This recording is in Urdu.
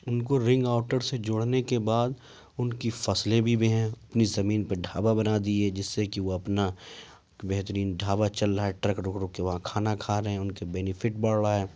ان کو رنگ آؤٹر سے جوڑنے کے بعد ان کی فصلیں بھی اپنی زمین پہ ڈھابہ بنا دیے جس سے کہ وہ اپنا بہترین ڈھابہ چل رہا ہے ٹرک رک رک کے وہاں کھانا کھا رہے ہیں ان کے بینیفٹ بڑھ رہا ہے